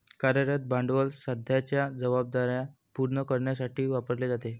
कार्यरत भांडवल सध्याच्या जबाबदार्या पूर्ण करण्यासाठी वापरले जाते